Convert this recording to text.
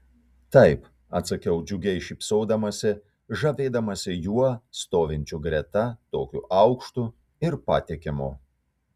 taip atsakiau džiugiai šypsodamasi žavėdamasi juo stovinčiu greta tokiu aukštu ir patikimu